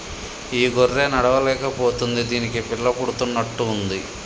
ఈ గొర్రె నడవలేక పోతుంది దీనికి పిల్ల పుడుతున్నట్టు ఉంది